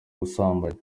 ubusambanyi